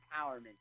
empowerment